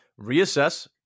reassess